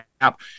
app